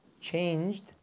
changed